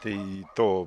tai to